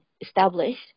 established